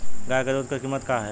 गाय क दूध क कीमत का हैं?